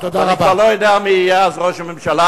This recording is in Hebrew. ואני כבר לא יודע מי יהיה אז ראש הממשלה.